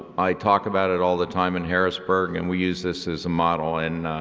i talk about it all the time in harrisburg and we use this as a model. and